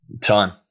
Time